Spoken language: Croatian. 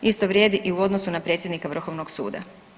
Isto vrijedi i u odnosu na predsjednika Vrhovnog suda.